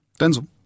denzel